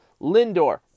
Lindor